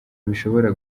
bishobora